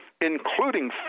including